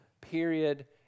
period